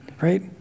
right